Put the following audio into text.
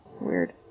Weird